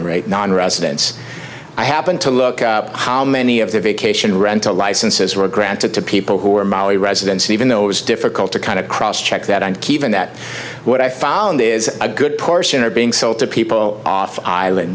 right nonresidents i happen to look how many of their vacation rental licenses were granted to people who were molly residents even though it was difficult to kind of cross check that and keep in that what i found is a good portion are being sold to people off island